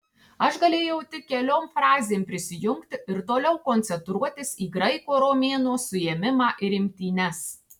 aš galėjau tik keliom frazėm prisijungti ir toliau koncentruotis į graiko romėno suėmimą ir imtynes